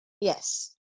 Yes